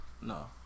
No